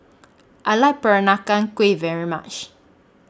I like Peranakan Kueh very much